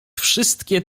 wszystkie